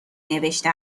نوشته